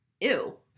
ew